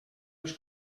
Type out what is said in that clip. els